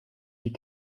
die